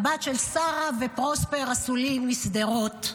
הבת של שרה ופרוספר אסולין משדרות,